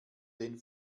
den